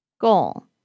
Goal